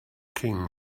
king